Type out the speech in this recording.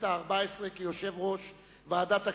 הארבע-עשרה כיושב-ראש ועדת הכספים,